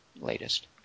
latest